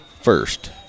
first